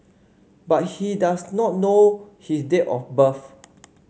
but he does not know his date of birth